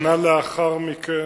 שנה לאחר מכן,